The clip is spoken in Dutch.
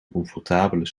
comfortabele